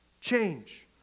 change